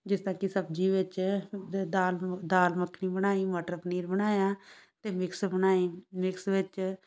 ਜਿਸ ਤਰ੍ਹਾਂ ਕਿ ਸਬਜ਼ੀ ਵਿੱਚ ਦਾਲ ਦਾਲ ਮੱਖਣੀ ਬਣਾਈ ਮਟਰ ਪਨੀਰ ਬਣਾਇਆ ਅਤੇ ਮਿਕਸ ਬਣਾਏ ਮਿਕਸ ਵਿੱਚ